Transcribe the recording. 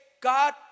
God